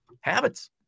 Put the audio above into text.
habits